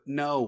no